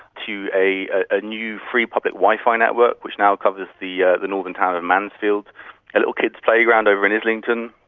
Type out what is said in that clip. to a a new free public wi-fi network which now covers the yeah the northern town of mansfield, a little kids' playground over in islington,